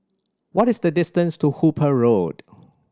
what is the distance to Hooper Road